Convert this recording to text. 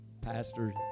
Pastor